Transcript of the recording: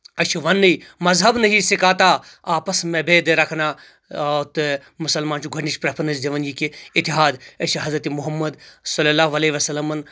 اسہِ چھِ وننٕے مذہب نہیں سکھاتا آپس میں بیدٕ رکھنا تہٕ مُسلمان چھُ گۄڈنیِچ پرفریٚنس دِوان یہِ کہِ اتِحاد أسۍ چھِ حضرت محمد صلى الله عليه وسلمن